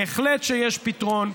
בהחלט יש פתרון.